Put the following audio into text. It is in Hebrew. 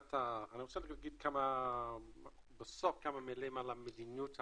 אני רוצה להגיד בסוף כמה מילים על מדיניות ההשקעה,